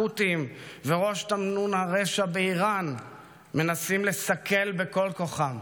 החות'ים וראש תמנון הרשע באיראן מנסים לסכל בכל כוחם.